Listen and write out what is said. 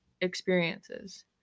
experiences